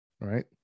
right